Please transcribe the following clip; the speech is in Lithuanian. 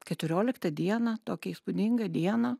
keturioliktą dieną tokią įspūdingą dieną